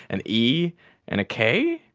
an e and a k.